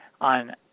on